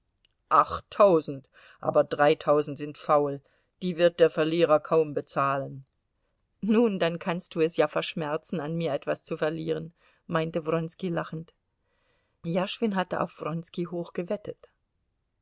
achttausend aber dreitausend sind faul die wird der verlierer kaum bezahlen nun dann kannst du es ja verschmerzen an mir etwas zu verlieren meinte wronski lachend jaschwin hatte auf